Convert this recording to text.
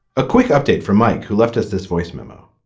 a quick update from mike who left us this voice memo